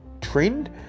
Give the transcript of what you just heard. trend